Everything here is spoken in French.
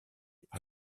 par